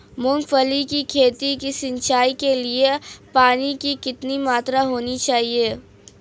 मूंगफली की खेती की सिंचाई के लिए पानी की कितनी मात्रा होनी चाहिए?